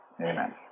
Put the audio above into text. Amen